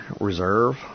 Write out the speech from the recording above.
Reserve